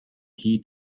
key